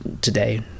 today